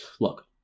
look